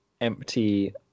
empty